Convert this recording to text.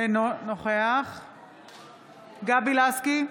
אינו נוכח גבי לסקי,